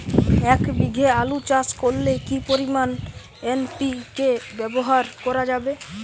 এক বিঘে আলু চাষ করলে কি পরিমাণ এন.পি.কে ব্যবহার করা যাবে?